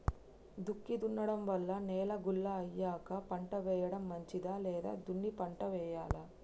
దుక్కి దున్నడం వల్ల నేల గుల్ల అయ్యాక పంట వేయడం మంచిదా లేదా దున్ని పంట వెయ్యాలా?